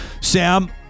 Sam